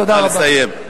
תודה רבה.